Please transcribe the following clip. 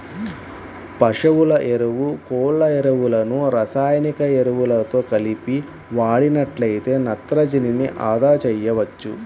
పశువుల ఎరువు, కోళ్ళ ఎరువులను రసాయనిక ఎరువులతో కలిపి వాడినట్లయితే నత్రజనిని అదా చేయవచ్చు